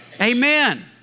Amen